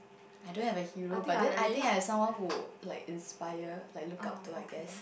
I don't have a hero but then I think I have someone who like inspired like look up to I guess